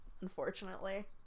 unfortunately